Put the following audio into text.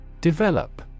Develop